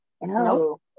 No